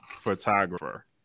photographer